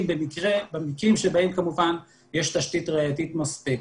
במקרים שבהם כמובן יש תשתית ראייתית מספקת.